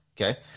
Okay